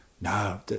No